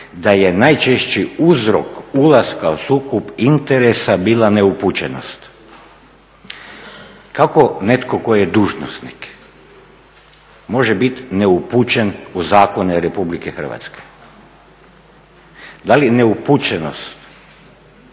da je najčešći uzrok ulaska u sukob interesa bila neupućenost. Kako netko tko je dužnosnik može biti neupućen u zakone RH? Da li neupućenost,